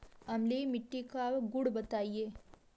अम्लीय मिट्टी का गुण बताइये